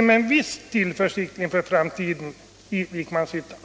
med en viss tillförsikt kan se mot framtiden i Vikmanshyttan.